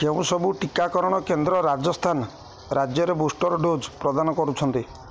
କେଉଁ ସବୁ ଟିକାକରଣ କେନ୍ଦ୍ର ରାଜସ୍ଥାନ ରାଜ୍ୟରେ ବୁଷ୍ଟର୍ ଡୋଜ୍ ପ୍ରଦାନ କରୁଛନ୍ତି